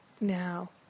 now